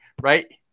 right